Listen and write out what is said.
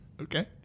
Okay